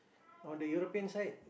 on the European side